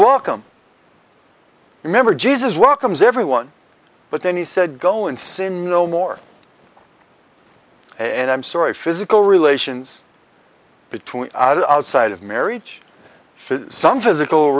welcome remember jesus welcomes everyone but then he said go and sin no more and i'm sorry physical relations between outside of marriage some physical